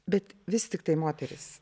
bet vis tiktai moterys